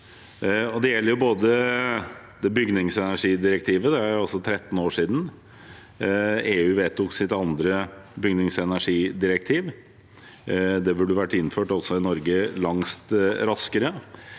Det gjelder bl.a. bygningsenergidirektivet. Det er 13 år siden EU vedtok sitt andre bygningsenergidirektiv. Det burde vært innført i Norge langt raskere.